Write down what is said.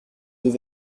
deux